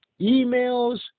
Emails